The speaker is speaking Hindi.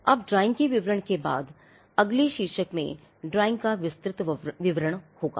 अब ड्राइंग के विवरण के बाद अगले शीर्षक में ड्राइंग का विस्तृत विवरण होगा